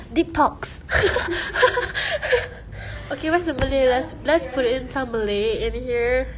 deep talks okay where's the malay lines let's put in some malay in here